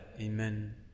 Amen